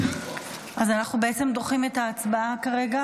אז אנחנו בעצם דוחים את ההצבעה כרגע